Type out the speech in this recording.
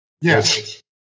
yes